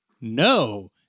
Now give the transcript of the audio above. no